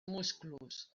musclos